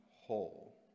whole